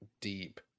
deep